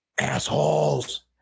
Assholes